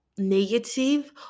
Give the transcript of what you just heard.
negative